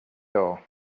door